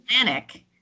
Atlantic